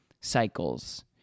cycles